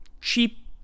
cheap